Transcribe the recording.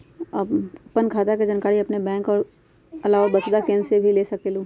आपन खाता के जानकारी आपन बैंक के आलावा वसुधा केन्द्र से भी ले सकेलु?